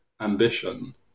ambition